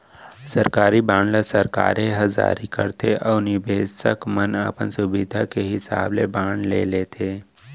सरकारी बांड ल सरकारे ह जारी करथे अउ निबेसक मन अपन सुभीता के हिसाब ले बांड ले लेथें